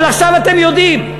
אבל עכשיו אתם יודעים.